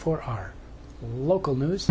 for our local news